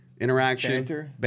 Interaction